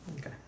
Okay